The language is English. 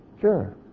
Sure